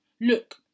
look